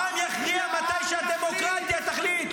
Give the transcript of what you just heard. העם יכריע מתי שהדמוקרטיה תחליט,